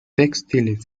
textiles